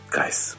Guys